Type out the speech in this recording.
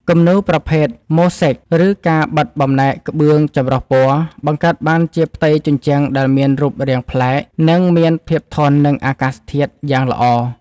គំនូរប្រភេទ ម៉ូ-សេក ឬការបិទបំណែកក្បឿងចម្រុះពណ៌ បង្កើតបានជាផ្ទៃជញ្ជាំងដែលមានរូបរាងប្លែក និងមានភាពធន់នឹងអាកាសធាតុបានយ៉ាងល្អ។